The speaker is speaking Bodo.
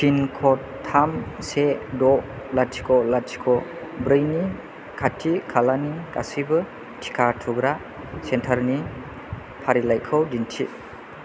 पिनक'ड थाम से द' लाथिख' लाथिख' ब्रैनि खाथि खालानि गासैबो टिका थुग्रा सेन्टारनि फारिलाइखौ दिन्थि